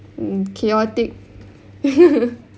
mm chaotic